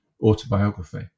autobiography